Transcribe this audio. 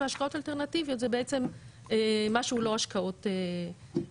והשקעות אלטרנטיביות זה בעצם מה שהוא לא השקעות מסורתיות,